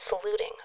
saluting